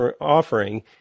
offering